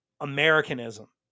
Americanism